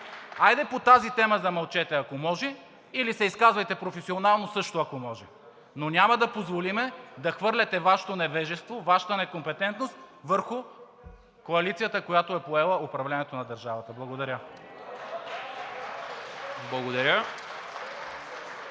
Хайде по тази тема замълчете, ако може, или се изказвайте професионално, също ако може. Но няма да позволим да хвърляте Вашето невежество, Вашата некомпетентност върху коалицията, която е поела управлението на държавата. Благодаря.